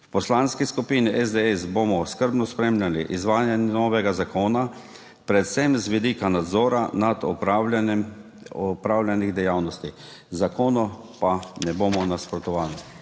V Poslanski skupini SDS bomo skrbno spremljali izvajanje novega zakona predvsem z vidika nadzora nad opravljanjem dejavnosti, zakonu pa ne bomo nasprotovali.